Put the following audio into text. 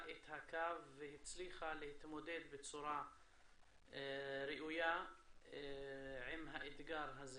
את הקו והצליחה להתמודד בצורה ראויה עם האתגר הזה,